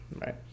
right